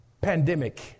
pandemic